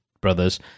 brothers